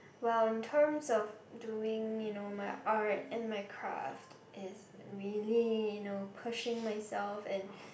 while in terms of doing you know my art and my craft is really you know pushing myself and